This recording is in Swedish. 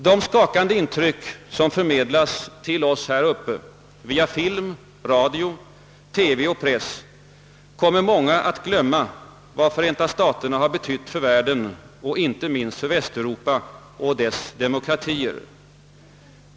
De skakande intryck som förmedlas till oss här uppe via film, radio, TV och press kommer många att glömma vad Förenta staterna betytt för världen och, inte minst, för Västeuropa och dess demokratier.